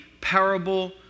parable